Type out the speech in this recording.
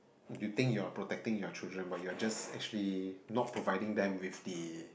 you think you are protecting your children but you are just actually not providing them with the